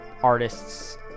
artists